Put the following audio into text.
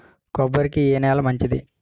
కొబ్బరి కి ఏ నేల మంచిది?